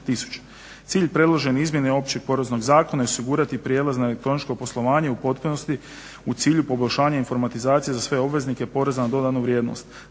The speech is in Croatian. Cilj predložene izmjene Općeg poreznog zakona je osigurati prijelaz na elektroničko poslovanje u potpunosti u cilju poboljšanja informatizacije za sve obveznike poreza na dodanu vrijednost.